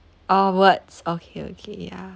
oh words okay okay ya